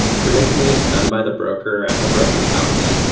traditionally, it's done by the broker at the brokerage house.